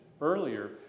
earlier